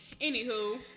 Anywho